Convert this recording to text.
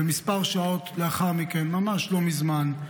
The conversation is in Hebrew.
וכמה שעות לאחר מכן, ממש לא מזמן,